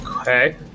Okay